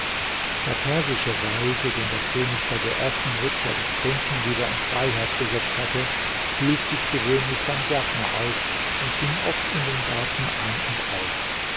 der persische weise den der könig bei der ersten rückkehr des prinzen wieder in freiheit gesetzt hatte hielt sich gewöhnlich beim gärtner auf und ging oft in dem garten ein und aus